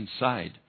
inside